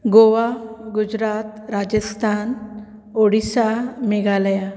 Goa Gujarat Rajasthan Odisha Meghalaya